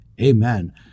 amen